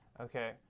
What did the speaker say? Okay